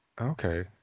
okay